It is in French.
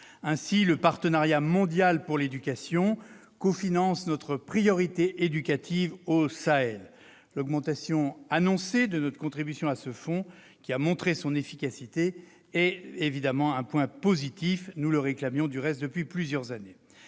Ainsi, le Partenariat mondial pour l'éducation cofinance notre priorité éducative au Sahel. L'augmentation annoncée de notre contribution à ce fonds, qui a montré son efficacité, est évidemment un point positif- nous la réclamions d'ailleurs depuis plusieurs années.